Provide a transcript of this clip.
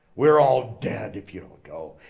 we're all dead if you don't go.